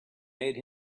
made